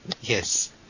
Yes